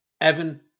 Evan